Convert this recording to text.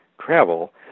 travel